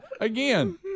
Again